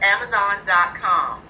Amazon.com